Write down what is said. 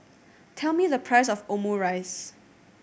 tell me the price of Omurice